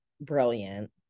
brilliant